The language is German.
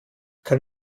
kann